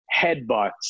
headbutts